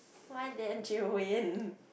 why didn't you win